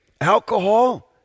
alcohol